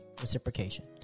reciprocation